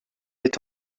est